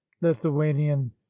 lithuanian